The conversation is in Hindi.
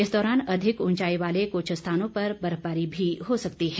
इस दौरान अधिक उंचाई वाले कुछ स्थानों पर बर्फबारी भी हो सकती है